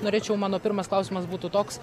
norėčiau mano pirmas klausimas būtų toks